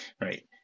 right